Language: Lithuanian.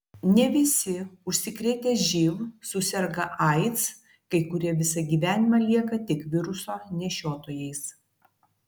ne visi užsikrėtę živ suserga aids kai kurie visą gyvenimą lieka tik viruso nešiotojais